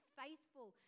faithful